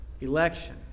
Election